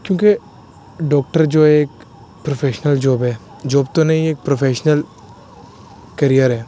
کیونکہ ڈاکٹر جو ہے ایک پروفیشنل جاب ہے جاب تو نہیں ایک پروفیشنل کیریئر ہے